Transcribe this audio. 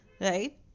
right